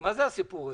מה הוא הסיפור הזה?